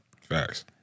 Facts